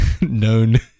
Known